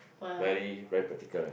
very very practical right